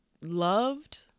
loved